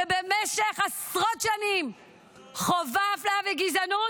שבמשך עשרות שנים חווה אפליה וגזענות.